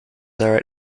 are